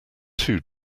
too